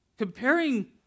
Comparing